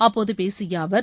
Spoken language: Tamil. அப்போது பேசிய அவர்